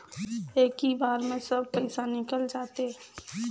इक्की बार मे सब पइसा निकल जाते?